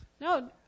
No